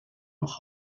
noch